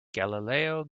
galileo